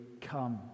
come